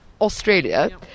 Australia